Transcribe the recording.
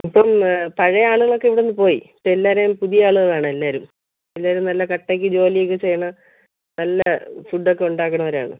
ഇപ്പം പഴയ ആളുകളൊക്കെ ഇവിടെ നിന്ന് പോയി ഇപ്പം എല്ലാവരും പുതിയ ആളുകളാണ് എല്ലാവരും എല്ലാവരും നല്ല കട്ടക്ക് ജോലിയൊക്കെ ചെയ്യുന്ന നല്ല ഫുഡ്ഡൊക്കെ ഉണ്ടാക്കുന്നവരാണ്